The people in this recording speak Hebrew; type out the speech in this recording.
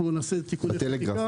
אנחנו נעשה תיקוני חקיקה.